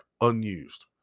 unused